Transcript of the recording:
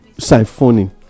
siphoning